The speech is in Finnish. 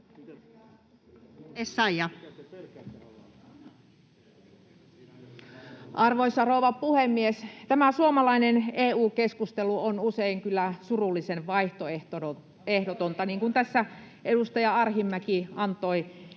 Arvoisa rouva puhemies! Tämä suomalainen EU-keskustelu on usein kyllä surullisen vaihtoehdotonta, niin kuin tässä edustaja Arhinmäki antoi